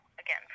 again